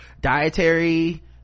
dietary